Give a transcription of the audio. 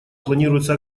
планируется